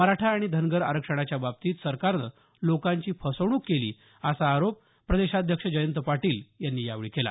मराठा आणि धनगर आरक्षणाच्या बाबतीत सरकारन लोकांची फसवणूक केली असा आरोप प्रदेशाध्यक्ष जयंत पाटील यांनी यावेळी केला